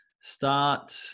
start